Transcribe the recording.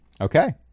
Okay